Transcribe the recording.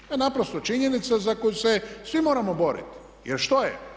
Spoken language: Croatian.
To je naprosto činjenica za koju se svi moramo boriti jer što je.